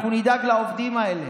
אנחנו נדאג לעובדים האלה.